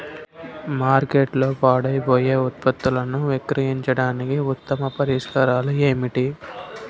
మార్కెట్లో పాడైపోయే ఉత్పత్తులను విక్రయించడానికి ఉత్తమ పరిష్కారాలు ఏమిటి?